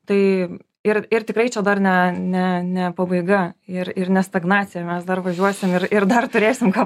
tai ir ir tikrai čia dar ne ne ne pabaiga ir ir ne stagnacija mes dar važiuosim ir ir dar turėsime ką